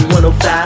105